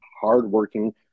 hardworking